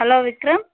hello Vikram